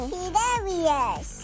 Hilarious